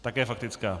Také faktická.